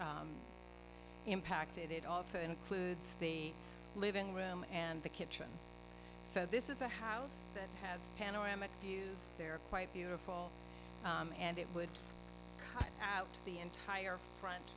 impacted it also includes the living room and the kitchen this is a house that has panoramic views they're quite beautiful and it would cut the entire front